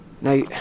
Now